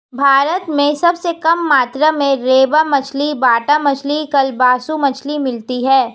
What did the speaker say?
भारत में सबसे कम मात्रा में रेबा मछली, बाटा मछली, कालबासु मछली मिलती है